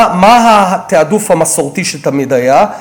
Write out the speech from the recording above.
מה התעדוף המסורתי שתמיד היה?